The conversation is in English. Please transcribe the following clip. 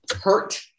hurt